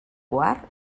quart